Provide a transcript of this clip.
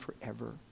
forever